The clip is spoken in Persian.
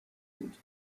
بود